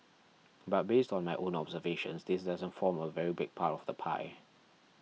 but based on my own observations this doesn't form a very big part of the pie